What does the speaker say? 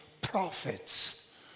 prophets